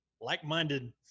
like-minded